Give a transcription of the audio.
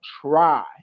try